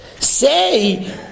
Say